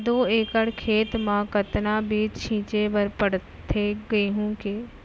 दो एकड़ खेत म कतना बीज छिंचे बर पड़थे गेहूँ के?